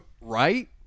Right